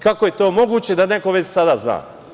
Kako je to moguće da neko već sada zna?